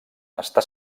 està